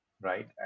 right